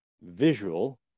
visual